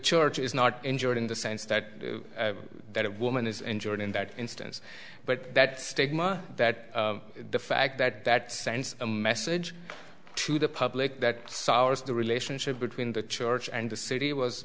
church is not injured in the sense that that a woman is injured in that instance but that stigma that the fact that that sends a message to the public that sours the relationship between the church and the city was